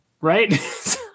right